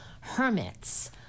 Hermits